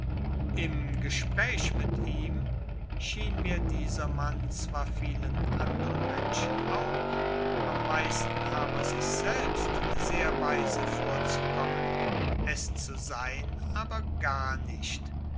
im gespräch mit ihm schien mit dieser mann zwar vielen andern menschen auch am meisten aber sich selbst sehr weise vorzukommen es zu sein aber gar nicht